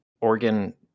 organ